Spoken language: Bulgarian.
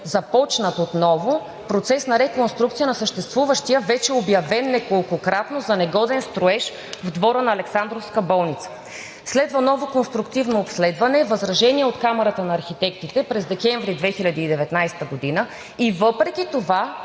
започнат отново процес на реконструкция на съществуващия, вече обявен неколкократно за негоден, строеж в двора на Александровска болница. Следва ново конструктивно обследване, възражение от Камарата на архитектите през декември 2019 г., и въпреки това